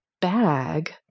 bag